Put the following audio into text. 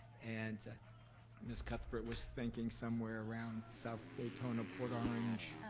and miss cuthbert was thinking somewhere around south daytona port orange.